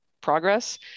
progress